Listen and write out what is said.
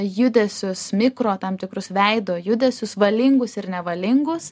judesius mikro tam tikrus veido judesius valingus ir nevalingus